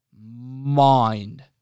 mind